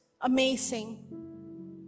amazing